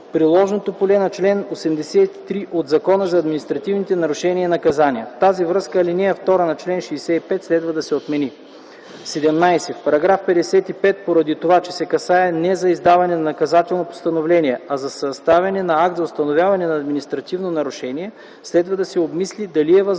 приложното поле на чл. 83 от Закона за административните нарушения и наказания. В тази връзка ал. 2 на чл. 65 следва да се отмени. 17. В § 55 поради това, че се касае не за издаването на наказателното постановление, а за съставянето на акт за установяване на административното нарушение следва да се обмисли дали е възможно